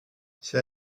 c’est